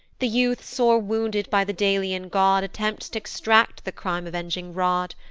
the youth sore wounded by the delian god attempts t' extract the crime-avenging rod,